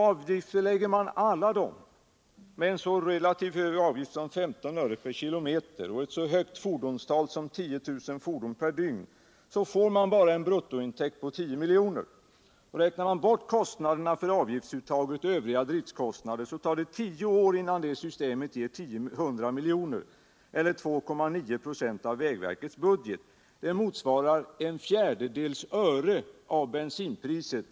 Avgiftsbelägger man alla dessa med ett så högt belopp som 15 öre/km och räknar med ett så stort antal fordon som 10 000 per dygn, så blir bruttoin Om planerna på avgiftsbeläggning av vägar och broar Om planerna på avgiftsbeläggning av vägar och broar täkten bara 10 milj.kr. om året. Räknar man bort kostnaderna för avgiltsuttaget och övriga driftkostnader, så tar det tio år innan det systemet ger 100 milj.kr. eller 2,9 "a av vägverkets budget. Det motsvarar en fjärdedels öre av bensinpriset.